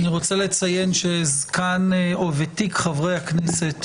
נמצא איתנו גם חברנו חבר הכנסת